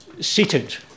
seated